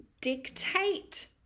dictate